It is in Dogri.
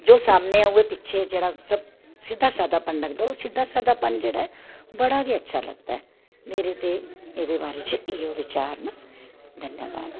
जो सामने ऐ उ'ऐ पिच्छें जेह्ड़ा सिद्धा साद्धापन लगदा ओह् सिद्धा सादापना जेह्ड़ा बड़ा गै अच्छा लगदा ऐ मेरे ते एह्दे बारे च इ'यै बचार न धन्नबाद